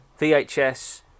VHS